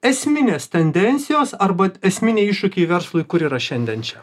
esminės tendencijos arba esminiai iššūkiai verslui kur yra šiandien čia